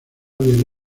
del